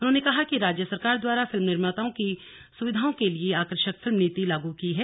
उन्होंने कहा कि राज्य सरकार द्वारा फिल्म निर्माताओं की सुविधाओं के लिए आकर्षक फिल्म नीति लागू की है